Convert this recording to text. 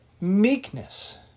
meekness